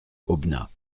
aubenas